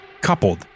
coupled